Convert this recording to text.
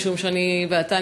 משום שאני ואתה,